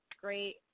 great